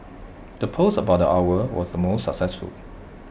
the post about the owl was the most successful